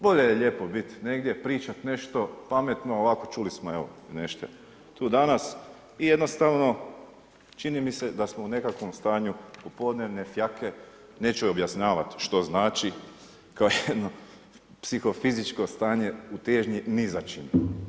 Bolje je lijepo biti negdje, pričat nešto pametno, ovako čuli smo nešto tu danas i jednostavno čini mi se da smo u nekakvom stanju popodnevne fjake, neću objašnjavat što znači, kao jedno psihofizičko stanje u težnji ni za čim.